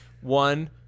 One